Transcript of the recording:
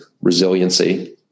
resiliency